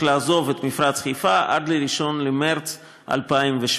לעזוב את מפרץ חיפה עד 1 במרס 2017,